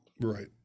Right